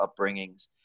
upbringings